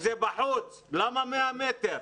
זה בחוץ ולכן למה 100 מטרים?